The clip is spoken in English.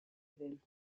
within